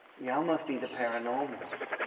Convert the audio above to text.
y'all must be the paranormals.